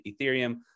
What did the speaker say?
ethereum